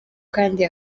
kandi